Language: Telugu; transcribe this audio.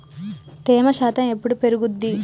తేమ శాతం ఎప్పుడు పెరుగుద్ది?